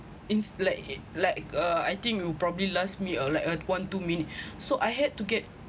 it's like it like uh I think it will probably last me uh like uh one two minutes so I had to get